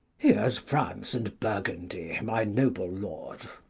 here's france and burgundy, my noble lord.